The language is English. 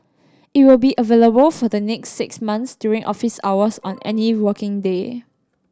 it will be available for the next six months during office hours on any working day